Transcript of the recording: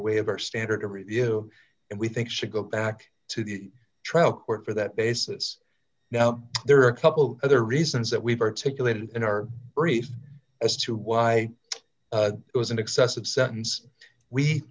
way of our standard of review and we think should go back to the trial court for that basis now there are a couple other reasons that we've articulated in our brief as to why it was an excessive sentence we